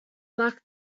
black